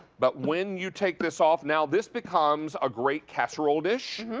but when you take this off, now this becomes a great casserole dish.